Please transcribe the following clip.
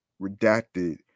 redacted